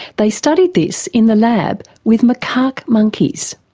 they studied this in the lab with macaque monkeys.